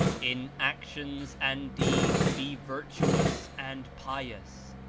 in actions and deeds be virtuous and pious.